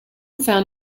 found